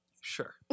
Sure